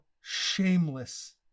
shameless